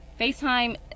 FaceTime